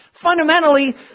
fundamentally